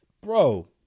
Bro